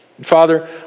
Father